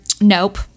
nope